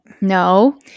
No